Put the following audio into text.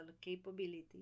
capabilities